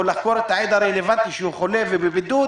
או לחקור את העד הרלוונטי כי הוא חולה ונמצא בבידוד,